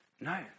no